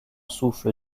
souffle